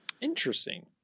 Interesting